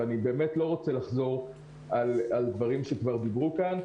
ואני באמת לא רוצה לחזור על דברים שכבר דיברו כאן,